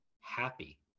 happy